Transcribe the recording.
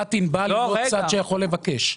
חברת ענבל היא לא צד שיכול לבקש.